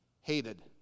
Hated